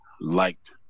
liked